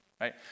right